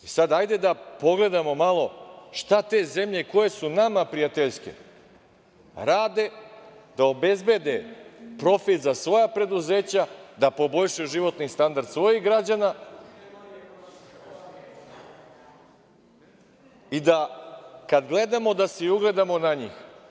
Hajde sada da pogledamo malo šta te zemlje koje su nama prijateljske rade da obezbede profit za svoja preduzeća, da poboljšaju životni standard svojih građana i da kad gledamo, da se i ugledamo na njih.